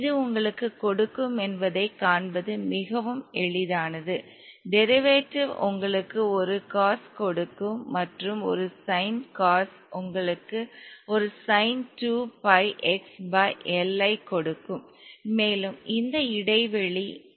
இது உங்களுக்குக் கொடுக்கும் என்பதைக் காண்பது மிகவும் எளிதானது டெரிவேட்டிவ் உங்களுக்கு ஒரு காஸ் கொடுக்கும் மற்றும் ஒரு சைன் காஸ் உங்களுக்கு ஒரு sine 2 pi x pi L ஐ கொடுக்கும் மேலும் இந்த இடைவெளி உண்மையில் 0 ஆகும்